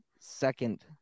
second